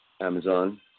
Amazon